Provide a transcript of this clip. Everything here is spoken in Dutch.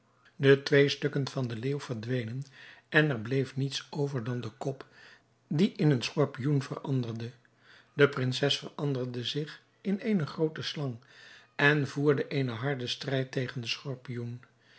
de twee stukken van den leeuw verdwenen en er bleef niets over dan de kop die in een schorpioen veranderde de prinses veranderde zich in eene groote slang en voerde een harden strijd tegen den schorpioen